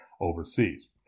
overseas